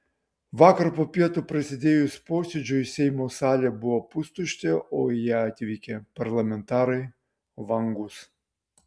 vakar po pietų prasidėjus posėdžiui seimo salė buvo pustuštė o į ją atvykę parlamentarai vangūs